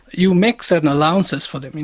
you make certain allowances for them.